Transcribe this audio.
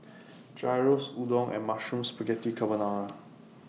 Gyros Udon and Mushroom Spaghetti Carbonara